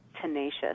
tenacious